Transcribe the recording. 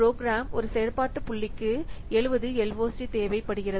program ஒரு செயல்பாட்டு புள்ளிக்கு 70 LOC தேவைப்படுகிறது